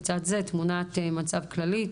לצד זה תמונת מצב כללית,